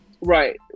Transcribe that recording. right